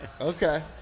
Okay